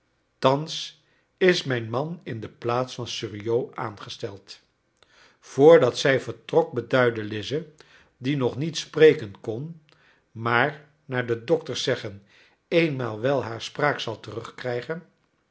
thans is mijn man in de plaats van suriot aangesteld vr dat zij vertrok beduidde lize die nog niet spreken kon maar naar de dokters zeggen eenmaal wel haar spraak zal